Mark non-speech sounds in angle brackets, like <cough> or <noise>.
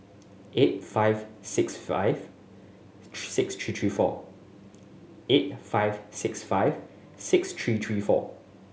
eight five six five <noise> six three three four eight five six five six three three four